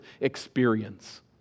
experience